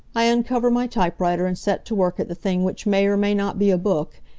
i uncover my typewriter and set to work at the thing which may or may not be a book,